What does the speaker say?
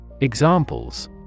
Examples